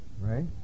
right